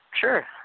Sure